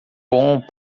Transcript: bom